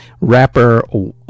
rapper